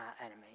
enemy